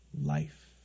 Life